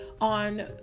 on